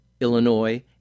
Illinois